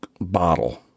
bottle